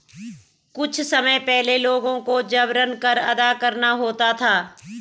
कुछ समय पहले लोगों को जबरन कर अदा करना होता था